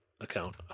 account